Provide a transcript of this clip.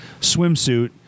swimsuit